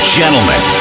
gentlemen